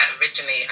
originally